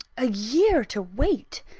a year to wait!